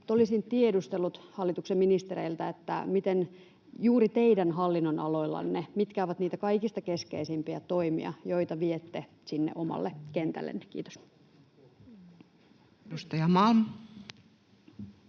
Olisin tiedustellut hallituksen ministereiltä: mitkä juuri teidän hallinnonaloillanne ovat niitä kaikista keskeisimpiä toimia, joita viette sinne omalle kentällenne? — Kiitos. Edustaja Malm.